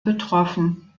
betroffen